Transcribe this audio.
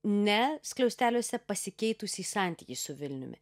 ne skliausteliuose pasikeitusį santykį su vilniumi